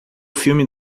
filme